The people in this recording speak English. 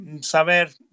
saber